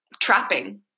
trapping